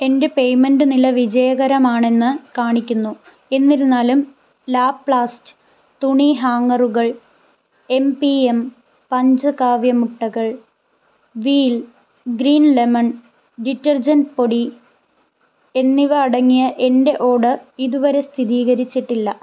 എന്റെ പേയ്മെന്റ് നില വിജയകരമാണെന്ന് കാണിക്കുന്നു എന്നിരുന്നാലും ലാപ്ലാസ്റ്റ് തുണി ഹാങ്ങറുകൾ എം പി എം പഞ്ചകാവ്യ മുട്ടകൾ വീൽ ഗ്രീൻ ലെമൺ ഡിറ്റർജന്റ് പൊടി എന്നിവ അടങ്ങിയ എന്റെ ഓർഡർ ഇതുവരെ സ്ഥിതീകരിച്ചിട്ടില്ല